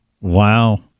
Wow